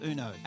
Uno